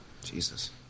Jesus